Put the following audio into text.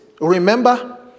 Remember